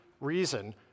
reason